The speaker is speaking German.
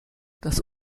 das